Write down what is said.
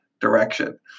direction